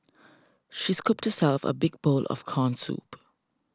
she scooped herself a big bowl of Corn Soup